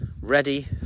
ready